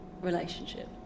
relationship